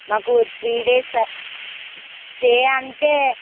మాకు three days సా stay అంటే